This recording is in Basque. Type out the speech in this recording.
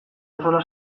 axola